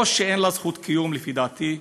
או שאין לה זכות קיום, לפי דעתי.